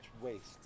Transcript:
waste